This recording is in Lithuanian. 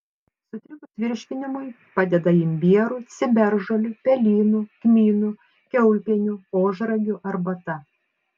sutrikus virškinimui padeda imbierų ciberžolių pelynų kmynų kiaulpienių ožragių arbata